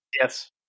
Yes